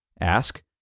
ask